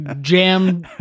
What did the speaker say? jam